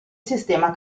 sistema